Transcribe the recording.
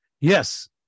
Yes